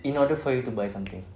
in order for you to buy something